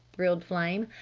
thrilled flame.